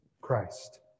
Christ